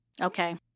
okay